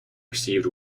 received